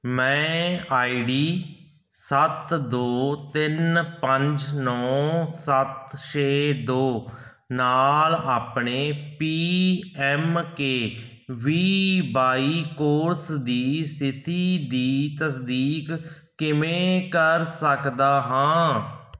ਮੈਂ ਆਈਡੀ ਸੱਤ ਦੋ ਤਿੰਨ ਪੰਜ ਨੌਂ ਸੱਤ ਛੇ ਦੋ ਨਾਲ ਆਪਣੇ P M K V Y course ਦੀ ਸਥਿਤੀ ਦੀ ਤਸਦੀਕ ਕਿਵੇਂ ਕਰ ਸਕਦਾ ਹਾਂ